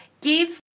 give